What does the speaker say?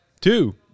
Two